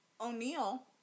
O'Neal